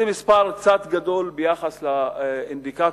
זה מספר קצת גדול ביחס לאינדיקטורים